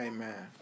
Amen